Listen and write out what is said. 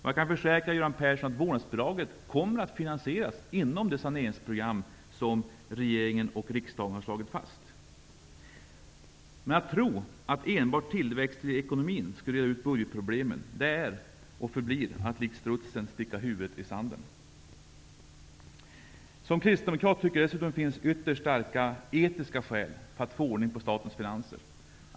Jag kan försäkra Göran Persson att vårnadsbidraget kommer att finansieras inom det saneringsprogram som regeringen och riksdagen har slagit fast. Men att tro att enbart tillväxt i ekonomin skulle reda ut budgetproblemen är och förblir att likt strutsen sticka huvudet i sanden. Som kristdemokrat tycker jag att det finns ytterst starka etiska skäl för att få ordning på statens finanser.